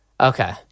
okay